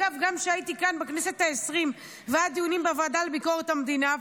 גם כשהייתי כאן בכנסת ה-20 והיו דיונים בוועדה לביקורת המדינה,